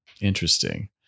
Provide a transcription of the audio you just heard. Interesting